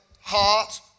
heart